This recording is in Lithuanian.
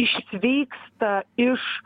išsveiksta iš